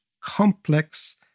complex